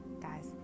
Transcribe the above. guys